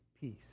peace